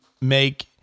make